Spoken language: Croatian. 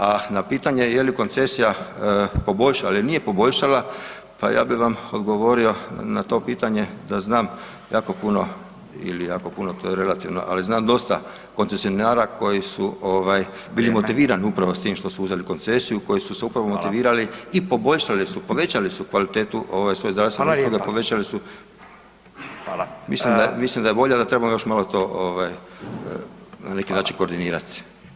A na pitanje je li koncesija poboljšala ili nije poboljšala, pa ja bi vam odgovorio na to pitanje da znam jako puno ili jako puno to je relativno, ali znam dosta koncesionara koji su ovaj [[Upadica: Vrijeme]] bili motivirani upravo s tim što su uzeli koncesiju kojom su se upravo motivirali [[Upadica: Fala]] i poboljšali su, povećali su kvalitetu ovaj svoje [[Upadica: Fala lijepa]] zdravstvene usluge, povećali su [[Upadica: Fala]] mislim da je, mislim da je bolje da trebamo još malo bolje to ovaj na neki način koordinirati.